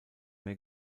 mehr